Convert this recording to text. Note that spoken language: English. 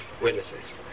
witnesses